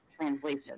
translation